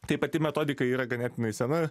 tai pati metodika yra ganėtinai sena